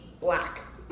black